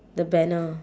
the banner